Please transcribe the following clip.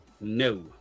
No